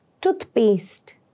toothpaste